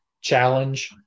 challenge